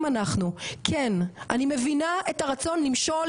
אנחנו כן אני מבינה את הרצון למשול,